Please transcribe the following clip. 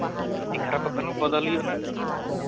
ᱡᱟᱹᱥᱛᱤ ᱠᱷᱟᱨᱟᱯ ᱜᱮᱠᱷᱟᱱ ᱵᱚᱫᱚᱞ ᱦᱩᱭᱩᱜᱼᱟ ᱱᱟᱜᱷ